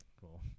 cool